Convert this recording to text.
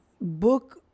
book